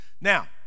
Now